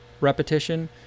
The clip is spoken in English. repetition